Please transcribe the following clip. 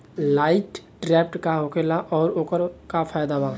Light trap का होखेला आउर ओकर का फाइदा बा?